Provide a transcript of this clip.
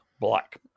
black